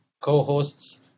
co-hosts